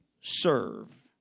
serve